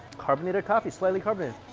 carbonated coffee, slightly carbonated.